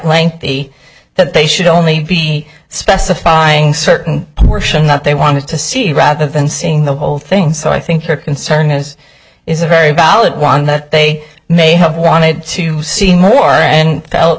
lengthy that they should only be specifying certain portion that they wanted to see rather than seeing the whole thing so i think their concern is is a very valid one that they may have wanted to see more and felt